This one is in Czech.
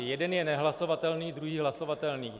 Jeden je nehlasovatelný, druhý hlasovatelný.